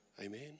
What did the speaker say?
Amen